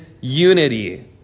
unity